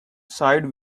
side